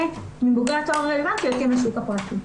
מבוגרי התואר הרלוונטי יוצאים לשוק הפרטי.